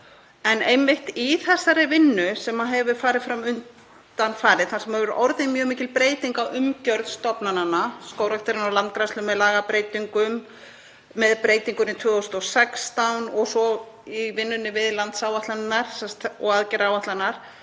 En einmitt í þessari vinnu sem hefur farið fram undanfarið þar sem hefur orðið mjög mikil breyting á umgjörð stofnananna, Skógræktarinnar og Landgræðslu, með lagabreytingum, með breytingunni 2016 og svo í vinnunni við landsáætlanirnar og aðgerðaáætlanirnar,